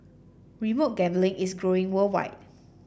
remote gambling is growing worldwide